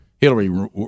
Hillary